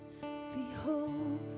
Behold